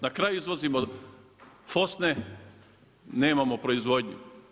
Na kraju izvozimo fosne nemamo proizvodnju.